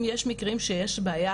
אם יש מקרים שיש בעיה,